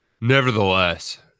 nevertheless